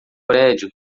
prédio